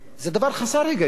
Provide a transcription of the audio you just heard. זה דבר חסר היגיון.